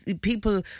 people